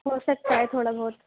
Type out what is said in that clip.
ہو سکتا ہے تھوڑا بہت